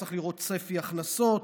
צריך לראות צפי הכנסות,